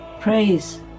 praise